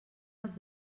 els